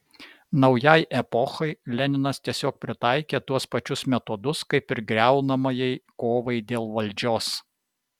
naujai epochai leninas tiesiog pritaikė tuos pačius metodus kaip ir griaunamajai kovai dėl valdžios